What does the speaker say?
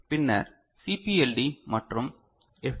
பின்னர் சிபிஎல்டி மற்றும் எஃப்